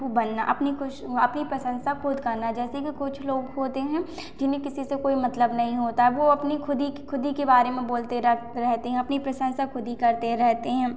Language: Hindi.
बनना अपनी खुश अपनी प्रशंसा ख़ुद करना जैसे कि कुछ लोग होते हैं जिन्हें किसी से कोई मतलब नहीं होता वह अपनी ख़ुद ही ख़ुद ही के बारे में बोलते र रहते हैं अपनी प्रशंसा ख़ुद ही करते रहते हैं